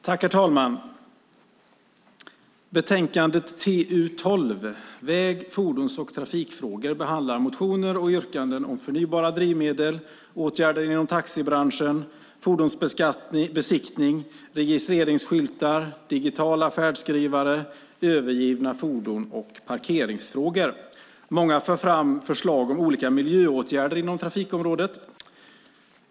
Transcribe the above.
Herr talman! I betänkandet TU12, Väg-, fordons och trafikfrågor , behandlas motioner och yrkanden om förnybara drivmedel, åtgärder inom taxibranschen, fordonsbesiktning, registreringsskyltar, digitala färdskrivare, övergivna fordon och parkeringsfrågor. Många för fram förslag om olika miljöåtgärder inom trafikområdet.